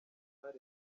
donat